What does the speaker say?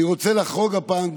אני רוצה לחרוג הפעם,